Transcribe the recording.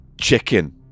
chicken